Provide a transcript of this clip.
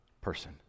person